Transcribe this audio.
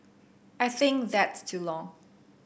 I think that's too long